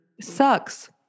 Sucks